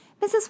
Mrs